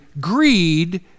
greed